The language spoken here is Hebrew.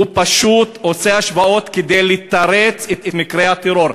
הוא פשוט עושה השוואות כדי לתרץ את מקרי הטרור.